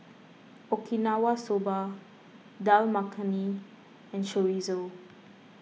Okinawa Soba Dal Makhani and Chorizo